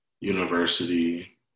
University